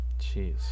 Jeez